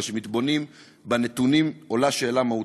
אבל כשמתבוננים בנתונים עולה שאלה מהותית: